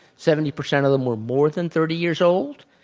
seventy percent of them were more than thirty years old,